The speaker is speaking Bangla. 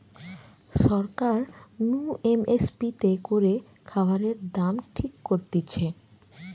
সরকার নু এম এস পি তে করে খাবারের দাম ঠিক করতিছে